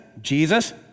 Jesus